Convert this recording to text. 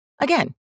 Again